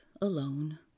alone